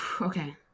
okay